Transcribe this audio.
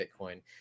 bitcoin